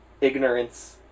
ignorance